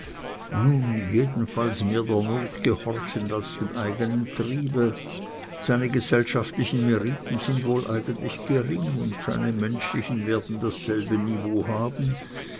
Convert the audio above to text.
jedenfalls mehr der not gehorchend als dem eigenen triebe seine gesellschaftlichen meriten sind wohl eigentlich gering und seine menschlichen werden dasselbe niveau haben